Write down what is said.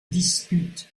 dispute